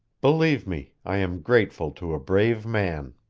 believe me i am grateful to a brave man.